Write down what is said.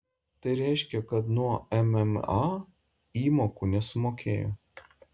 tai reiškia kad nuo mma įmokų nesumokėjo